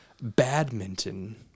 badminton